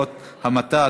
העונשין (תיקון מס' 119) (עבירות המתה),